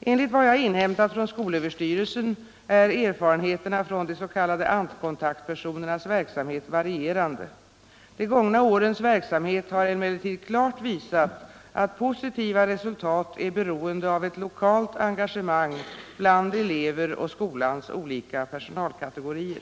Enligt vad jag inhämtat från skolöverstyrelsen är erfarenheterna från de s.k. ANT-kontaktpersonernas verksamhet varierande. De gångna årens verksamhet har emellertid klart visat att positiva resultat är beroende av ett lokalt engagemang bland elever och inom skolans olika personalkategorier.